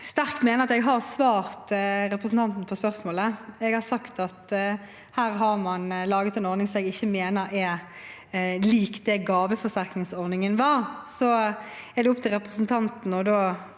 jeg har svart representanten på spørsmålet. Jeg har sagt at man her har laget en ordning som jeg ikke mener er lik gaveforsterkningsordningen,